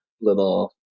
little